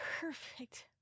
perfect